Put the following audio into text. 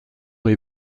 est